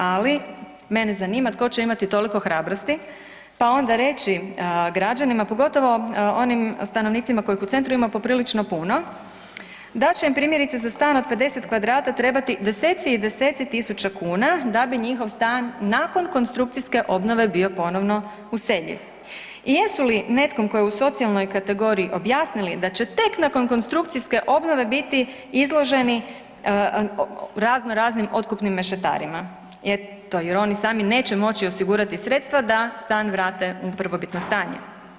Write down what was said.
Ali mene zanima tko će imati toliko hrabrosti pa onda reći građanima, pogotovo onim stanovnicima kojih u centru ima poprilično puno, da će im primjerice za stan od 50 kvadrata trebati deseci i deseci tisuća kuna da bi njihov stan nakon konstrukcijske obnove bio ponovno useljiv i jesu li netkom tko je u socijalnoj kategoriji objasnili da će tek nakon konstrukcijske obnove biti izloženi razno raznim otkupnim mešetarima, eto jer oni sami neće moći osigurati sredstva da stan vrate u prvobitno stanje.